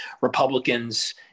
Republicans